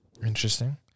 Interesting